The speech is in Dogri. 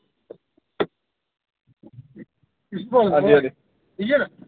हंजी हजी